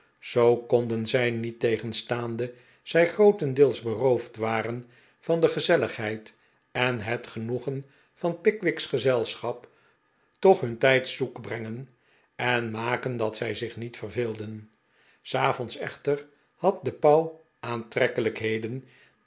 zoo konden zij niettegenstaande zij grootendeels beroofd waren van de gezelligheid en het genoegen van pickwick's gezelschap toch hun tijd zoek brengen en maken dat zij zich niet verveelden s avonds echter had de pauw aantrekkelijkheden